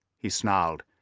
he snarled,